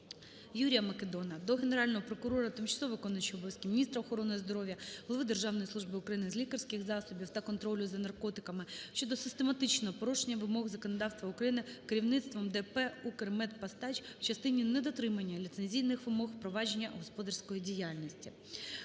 Юрія Македона до Генерального прокурора, тимчасово виконуючої обов'язки міністра охорони здоров'я, голови Державної служби України з лікарських засобів та контролю за наркотиками щодо систематичного порушення вимог законодавства України керівництвом ДП "Укрмедпостач" в частині недотримання ліцензійних вимог провадження господарської діяльності.